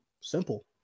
Simple